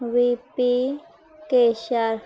we P Keshar